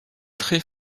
très